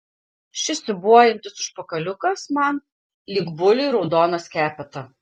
šis siūbuojantis užpakaliukas man lyg buliui raudona skepeta